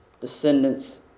descendants